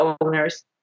owners